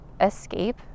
escape